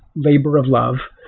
labor of love,